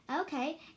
okay